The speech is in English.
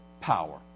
power